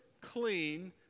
clean